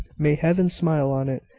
may heaven smile on it!